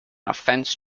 offence